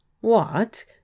What